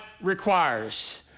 requires